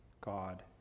God